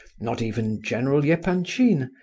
not even general yeah epanchin,